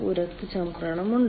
ഒരു രക്തചംക്രമണം ഉണ്ട്